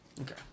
Okay